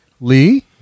lee